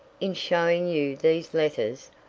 in showing you these letters,